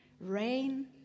Rain